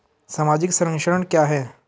सामाजिक संरक्षण क्या है?